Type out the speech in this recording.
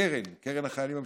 הקרן, קרן החיילים המשוחררים,